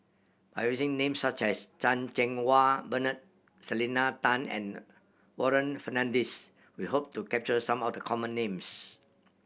by using names such as Chan Cheng Wah Bernard Selena Tan and Warren Fernandez we hope to capture some of the common names